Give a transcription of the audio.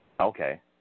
Okay